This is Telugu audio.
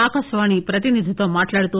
ఆకాశవాణి ప్రతినిధితో మాట్లాడుతూ